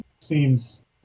seems